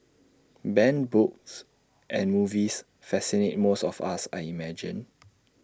banned books and movies fascinate most of us I imagine